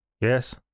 Yes